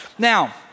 Now